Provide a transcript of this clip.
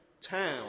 town